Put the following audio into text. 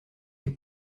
est